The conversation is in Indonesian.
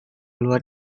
luar